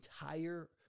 entire